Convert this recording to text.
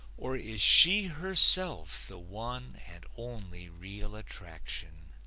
or is she herself the one and only real attraction?